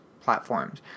platforms